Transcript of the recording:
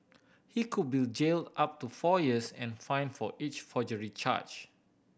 he could be jailed up to four years and fined for each forgery charge